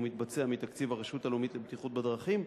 הוא מתבצע מתקציב הרשות הלאומית לבטיחות בדרכים,